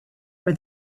for